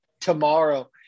tomorrow